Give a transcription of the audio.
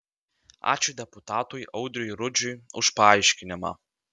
ačiū deputatui audriui rudžiui už paaiškinimą